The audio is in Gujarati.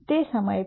તે સમયે પણ